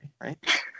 right